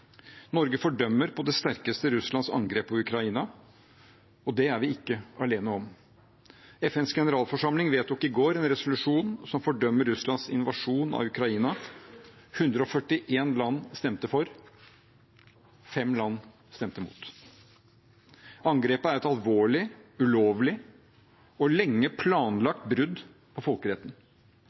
Norge fordømmer på det sterkeste Russlands angrep på Ukraina, og det er vi ikke alene om. FNs generalforsamling vedtok i går en resolusjon som fordømmer Russlands invasjon av Ukraina. 141 land stemte for. Fem land stemte mot. Angrepet er et alvorlig, ulovlig og lenge planlagt brudd på folkeretten.